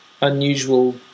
unusual